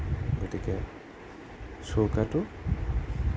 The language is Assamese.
গতিকে চৌকাটো